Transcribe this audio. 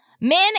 Men